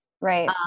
Right